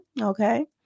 okay